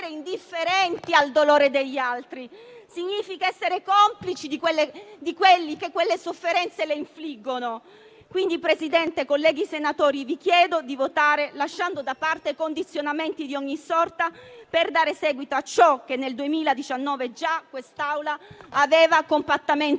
indifferenti al dolore degli altri; significa essere complici di coloro che infliggono quelle sofferenze. Signor Presidente, colleghi senatori, vi chiedo di votare lasciando da parte condizionamenti di ogni sorta, per dare seguito a ciò che già nel 2019 quest'Assemblea aveva compattamente